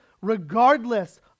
regardless